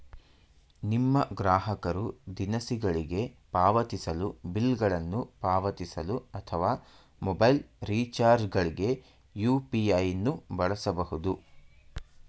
ನಿಮ್ಮ ಗ್ರಾಹಕರು ದಿನಸಿಗಳಿಗೆ ಪಾವತಿಸಲು, ಬಿಲ್ ಗಳನ್ನು ಪಾವತಿಸಲು ಅಥವಾ ಮೊಬೈಲ್ ರಿಚಾರ್ಜ್ ಗಳ್ಗೆ ಯು.ಪಿ.ಐ ನ್ನು ಬಳಸಬಹುದು